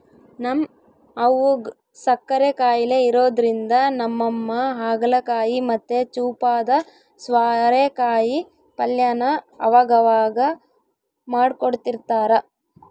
ನಮ್ ಅವ್ವುಗ್ ಸಕ್ಕರೆ ಖಾಯಿಲೆ ಇರೋದ್ರಿಂದ ನಮ್ಮಮ್ಮ ಹಾಗಲಕಾಯಿ ಮತ್ತೆ ಚೂಪಾದ ಸ್ವಾರೆಕಾಯಿ ಪಲ್ಯನ ಅವಗವಾಗ ಮಾಡ್ಕೊಡ್ತಿರ್ತಾರ